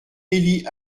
élie